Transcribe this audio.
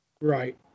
Right